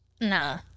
nah